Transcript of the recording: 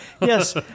Yes